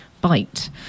bite